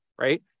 right